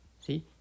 See